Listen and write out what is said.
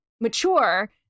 mature